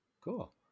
cool